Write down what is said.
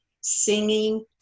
singing